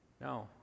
No